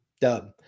Dub